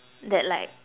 that like